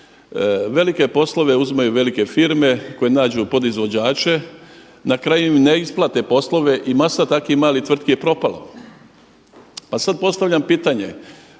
velike poslove uzimaju velike firme koje nađu podizvođače, na kraju im ne isplate poslove i masa takvih malih tvrtki je propalo. Pa sada postavljam pitanje,